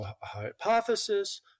hypothesis